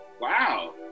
wow